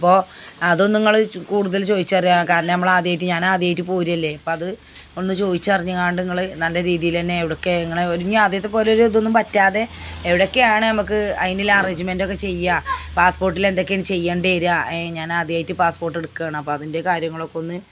അപ്പോൾ അതൊന്ന് നിങ്ങൾ കൂടുതൽ ചോദിച്ചറിയുക കാരണം നമ്മൾ ആദ്യമായിട്ട് ഞാൻ ആദ്യമായിട്ട് പോരുകയല്ലേ അപ്പം അതൊന്ന് ചോദിച്ചറിഞ്ഞു കൊണ്ട് നിങ്ങൾ നല്ല രീതിയിൽ തന്നെ എവിടെ ഒക്കെ എങ്ങനെ ഒരുങ്ങി ആദ്യത്തെ പോലെ ഒരു ഇതൊന്നും പറ്റാതെ എവിടെയൊക്കെയാണ് നമുക്ക് അതിനുള്ള അറേഞ്ച്മെൻ്റൊക്കെ ചെയ്യുക പാസ്പോർട്ടിൽ എന്തൊക്കെയാ ണ് ചെയ്യണ്ടേര്യ ഞാൻ ആദ്യമായിട്ട് പാസ്പ്പോട്ട് എടുക്കുകയാണ് അപ്പം അതിൻ്റെ കാര്യങ്ങളൊക്കെ ഒന്ന്